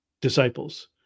disciples